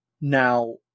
now